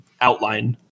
outline